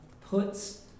puts